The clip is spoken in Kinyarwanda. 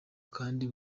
kandi